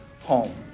home